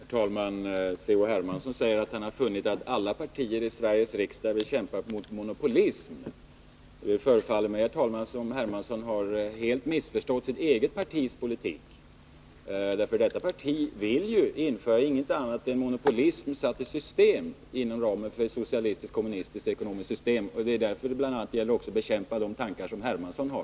Herr talman! Carl-Henrik Hermansson säger att han funnit att alla partier i Sveriges riksdag vill kämpa mot monopolism. Det förefaller mig, herr talman, som om herr Hermansson helt har missförstått sitt eget partis politik. Det partiet vill ju införa ingenting annat än monopolism satt i system inom ramen för ett socialistiskt-kommunistiskt ekonomiskt system. Det är bl.a. därför det gäller att också bekämpa de tankar som herr Hermansson har.